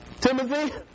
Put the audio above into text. Timothy